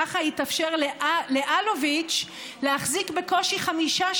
ככה התאפשר לאלוביץ' להחזיק בקושי 5%,